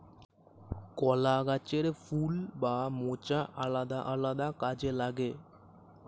কলা গাছের ফুল বা মোচা আলাদা আলাদা কাজে লাগে